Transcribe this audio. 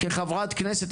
כחברת כנסת,